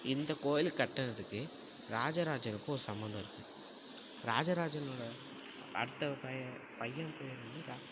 இந்தக் கோயில் கட்டுறதுக்கு ராஜராஜனுக்கும் ஒரு சம்மந்தம் இருக்குது ராஜராஜனோடய அந்த பையனுக்கு